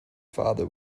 father